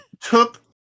took